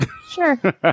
Sure